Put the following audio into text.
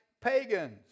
pagans